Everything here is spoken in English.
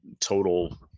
total